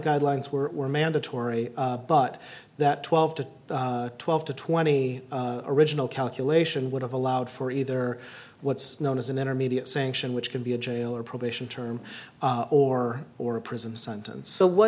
guidelines were mandatory but that twelve to twelve to twenty original calculation would have allowed for either what's known as an intermediate sanction which can be a jail or probation term or or a prison sentence so what